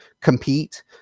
compete